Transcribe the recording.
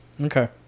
Okay